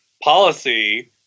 policy